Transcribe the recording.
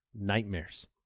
nightmares